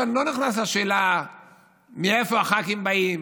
אני לא נכנס לשאלה מאיפה הח"כים באים,